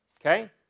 Okay